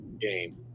game